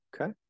Okay